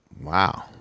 wow